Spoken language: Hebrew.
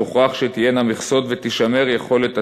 מוכרח שתהיינה מכסות ותישמר יכולת התכנון.